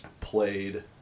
played